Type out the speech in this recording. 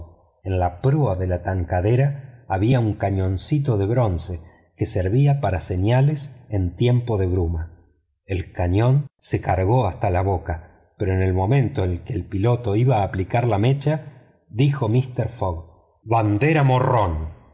en la proa de la tankadera había un cañoncito de bronce que servía para señales en tiempo de bruma el cañón se cargó hasta la boca pero en el momento en que el piloto iba a aplicar la mecha dijo mister fogg la bandera